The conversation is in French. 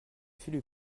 fulup